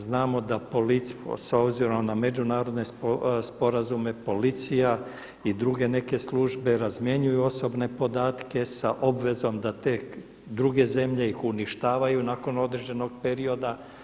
Znamo da policija, s obzirom na međunarodne sporazume policija i druge neke službe razmjenjuju osobne podatke sa obvezom da te druge zemlje ih uništavaju nakon određenog perioda.